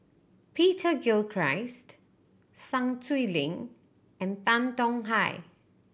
Peter Gilchrist Sun Xueling and Tan Tong Hye